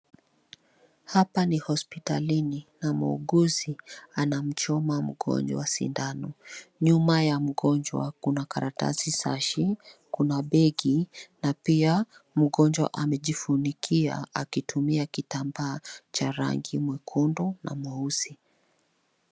Hapa ni hospitalini, na muuguzi anamchoma mgonjwa sindano. Nyuma ya mgonjwa kuna karatasi sashi, kuna begi, na pia mgonjwa amejifunikia akitumia kitambaa cha rangi mwekundu na mweusi.